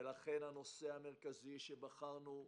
לכן הנושא המרכזי שבחרנו,